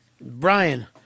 Brian